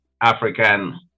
african